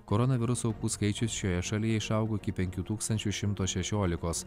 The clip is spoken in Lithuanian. koronaviruso aukų skaičius šioje šalyje išaugo iki penkių tūkstančių šimto šešiolikos